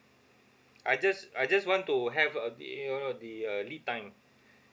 I just I just want to have a you know you know the uh lead time